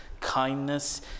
kindness